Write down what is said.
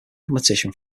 competition